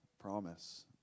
promise